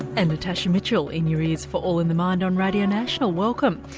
and natasha mitchell in your ears for all in the mind on radio national. welcome.